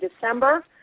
December